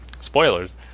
Spoilers